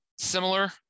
similar